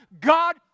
God